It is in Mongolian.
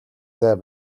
зай